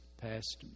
past